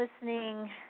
listening